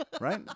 Right